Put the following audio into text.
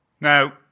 Now